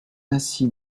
ainsi